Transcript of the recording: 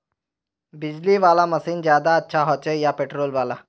बिजली वाला मशीन ज्यादा अच्छा होचे या पेट्रोल वाला?